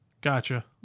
Gotcha